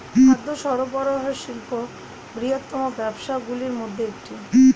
খাদ্য সরবরাহ শিল্প বৃহত্তম ব্যবসাগুলির মধ্যে একটি